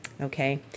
Okay